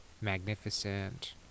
magnificent